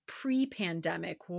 Pre-pandemic